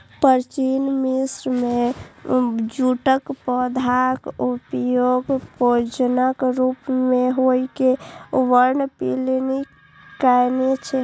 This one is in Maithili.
प्राचीन मिस्र मे जूटक पौधाक उपयोग भोजनक रूप मे होइ के वर्णन प्लिनी कयने छै